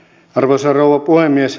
arvoisa rouva puhemies